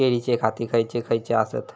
केळीचे जाती खयचे खयचे आसत?